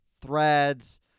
threads